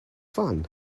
fun